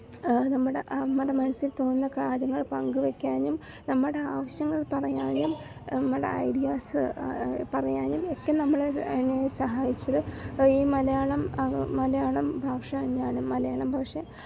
നമ്മുടെ നമ്മുടെ മനസ്സിൽ തോന്നുന്ന കാര്യങ്ങൾ പങ്കു വയ്ക്കാനും നമ്മുടെ ആവശ്യങ്ങൾ പറയാനും നമ്മുടെ ഐഡ്യാസ്സ് പറയാനും ഒക്കെ നമ്മളെ അതിന് സഹായിച്ചത് ഈ മലയാളം അത് മലയാളം ഭാഷ തന്നെയാണ് മലയാളം ഭാഷ